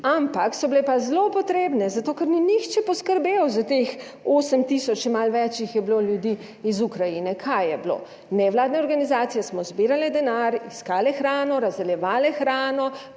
(nadaljevanje) zato, ker ni nihče poskrbel za teh 8 tisoč in malo več jih je bilo ljudi iz Ukrajine. Kaj je bilo? Nevladne organizacije smo zbirale denar, iskale hrano, razdeljevale hrano,